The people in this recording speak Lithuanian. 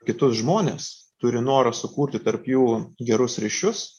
kitus žmones turi norą sukurti tarp jų gerus ryšius